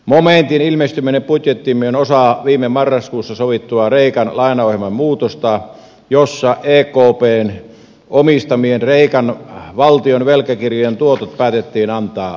momentin ilmestyminen budjettiimme on osa viime marraskuussa sovittua kreikan lainaohjelman muutosta jossa ekpn omistamien kreikan valtion velkakirjojen tuotot päätettiin antaa kreikalle